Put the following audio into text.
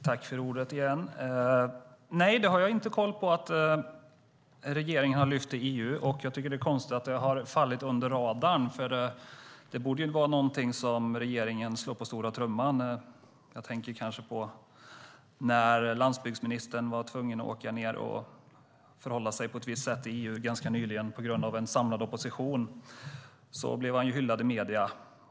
Herr talman! Nej, jag har inte koll på att regeringen har lyft fram den frågan i EU. Jag tycker också att det är konstigt att det har fallit under radarn. Regeringen borde väl slå på stora trumman för detta. Jag tänker kanske på när landsbygdsministern var tvungen att åka ned till EU ganska nyligen och förhålla sig på ett visst sätt där på grund av en samlad opposition. Då blev han hyllad i medierna.